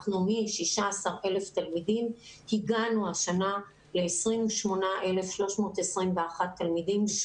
מ-16,000 תלמידים הגענו השנה ל-28,321 תלמידים.